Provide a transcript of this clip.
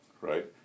Right